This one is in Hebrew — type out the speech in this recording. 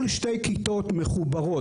כל שתי כיתות מחוברות,